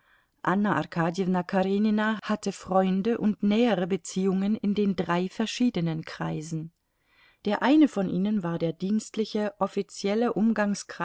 anna arkadjewna karenina hatte freunde und nähere beziehungen in drei verschiedenen kreisen der eine von ihnen war der dienstliche offizielle